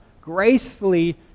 gracefully